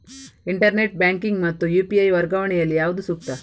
Internet banking ಮತ್ತು UPI ವರ್ಗಾವಣೆ ಯಲ್ಲಿ ಯಾವುದು ಸೂಕ್ತ?